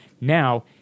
Now